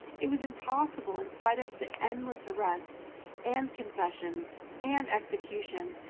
it was impossible, in spite of the endless arrests and confessions and executions,